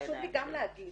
חשוב לי גם להגיד,